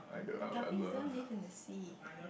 guppies don't live in the sea